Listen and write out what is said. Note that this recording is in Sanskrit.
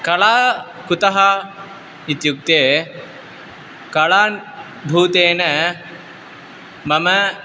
कला कुतः इत्युक्ते कलानुभूतेन मम